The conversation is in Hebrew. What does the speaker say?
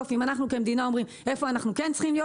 אם אנחנו כמדינה אומרים איפה אנחנו כן צריכים להיות